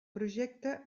projecte